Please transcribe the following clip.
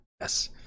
Yes